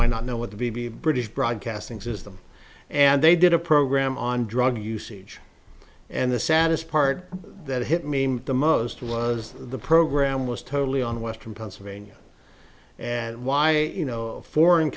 might not know what the b b british broadcasting system and they did a program on drug usage and the saddest part that hit me the most was the program was totally on western pennsylvania and why you know foreign